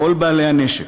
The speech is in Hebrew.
לכל בעלי הנשק,